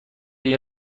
این